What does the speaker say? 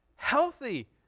Healthy